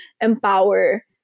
empower